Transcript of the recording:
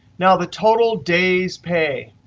now the total day's pay.